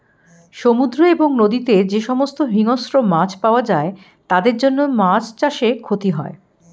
সমুদ্র এবং নদীতে যে সমস্ত হিংস্র মাছ পাওয়া যায় তাদের জন্য মাছ চাষে ক্ষতি হয়